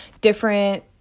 different